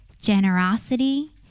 Generosity